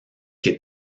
que